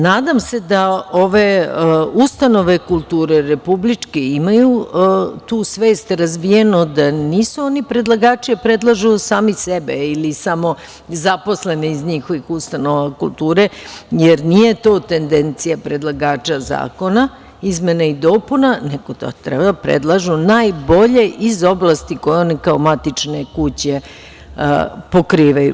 Nadam se da ove ustanove kulture republičke imaju tu svest razvijenu da nisu oni predlagači da predlažu sami sebe ili samo zaposlene iz njihovih ustanova kulture, jer nije to tendencija predlagača zakona izmena i dopuna, nego da treba da predlažu najbolje iz oblasti koje one, kao matične kuće, pokrivaju.